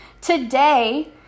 Today